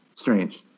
Strange